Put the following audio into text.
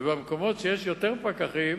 ובמקומות שיש יותר פקחים